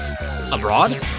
abroad